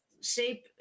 shape